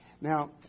Now